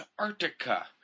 Antarctica